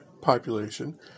population